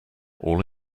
all